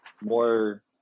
more